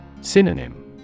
Synonym